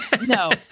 No